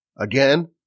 again